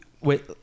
wait